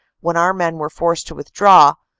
when our men were forced to withdraw,